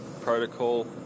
protocol